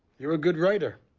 you are a good writer.